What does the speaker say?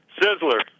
Sizzler